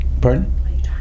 Pardon